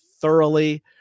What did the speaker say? thoroughly